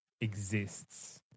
exists